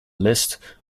list